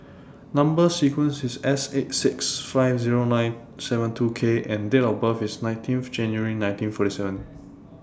Number sequence IS S eight six five Zero nine seven two K and Date of birth IS nineteen of January nineteen forty seven